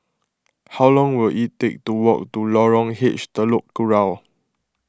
how long will it take to walk to Lorong H Telok Kurau